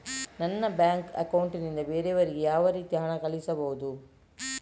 ನನ್ನ bank account ನಿಂದ ಬೇರೆಯವರಿಗೆ ಯಾವ ರೀತಿ ಹಣ ಕಳಿಸಬಹುದು?